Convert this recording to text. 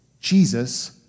Jesus